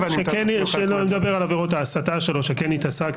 --- אם --- שלא נדבר על עבירות ההסתה שלו שכן התעסקנו.